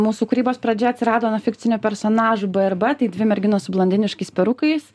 mūsų kūrybos pradžia atsirado nuo fikcinių personažų b ir b tai dvi merginos su blondiniškais perukais